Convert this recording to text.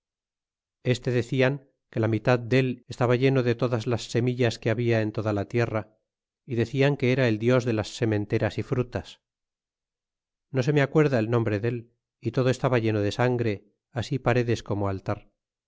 este decian que la mitad del estaba lleno de todas las semillas que habia en toda la tierra y decian que era el dios de las sementeras y frutas no se me acuerda el nombre del y todo estaba lleno de sangre así paredes como altar